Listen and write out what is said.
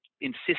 insist